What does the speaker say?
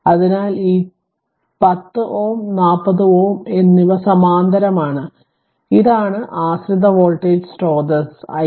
അതിനാൽ ഈ 10 Ω 40 Ω എന്നിവ സമാന്തരമാണ് ഇതാണ് ആശ്രിത വോൾട്ടേജ് സ്രോതസ്സ് ix ix